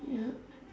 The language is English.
ya